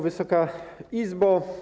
Wysoka Izbo!